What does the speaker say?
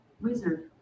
Wizard